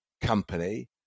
company